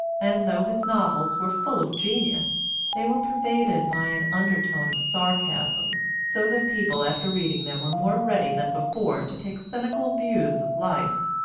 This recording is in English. and though his novels were full of genius they were pervaded by an undertone of sarcasm, so that people after reading them were more ready than before to take cynical views of life.